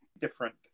different